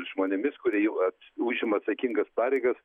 žmonėmis kurie jau užima atsakingas pareigas